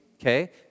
okay